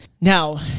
Now